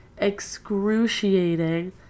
excruciating